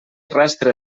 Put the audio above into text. rastre